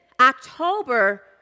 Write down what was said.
October